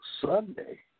Sunday